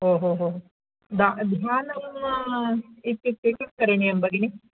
ओहोहो दा ध्यानम् इत्युक्ते किं करणीयं भगिनि